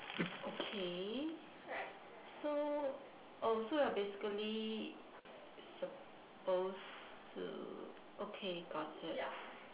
okay so oh you're basically supposed to okay got it